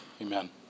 Amen